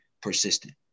persistent